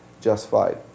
justified